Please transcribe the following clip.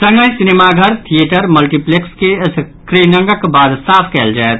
संगहि सिनेमाघर theatre multiplex के स्क्रीनिंगक बाद साफ कयल जायत